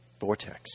Vortex